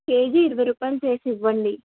KG ఇరవై రూపాయిలు చేసి ఇవ్వండి